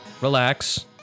relax